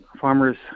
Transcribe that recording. farmers